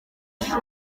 ati